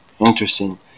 interesting